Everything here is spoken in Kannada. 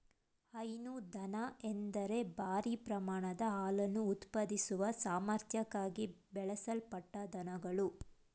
ಹೈನು ದನ ಎಂದರೆ ಭಾರೀ ಪ್ರಮಾಣದ ಹಾಲನ್ನು ಉತ್ಪಾದಿಸುವ ಸಾಮರ್ಥ್ಯಕ್ಕಾಗಿ ಬೆಳೆಸಲ್ಪಟ್ಟ ದನಗಳು